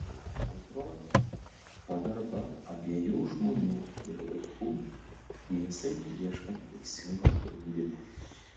antroji pagarba abiejų žmonių ir vaikų tiesai ieškant teisingo sprendimo